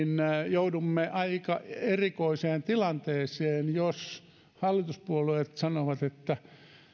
joudumme aika erikoiseen tilanteeseen jos hallituspuolueet sanovat että